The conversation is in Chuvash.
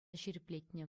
ҫирӗплетнӗ